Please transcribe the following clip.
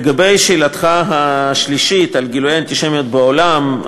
3. לגבי שאלתך השלישית על גילויי אנטישמיות בעולם,